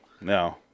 No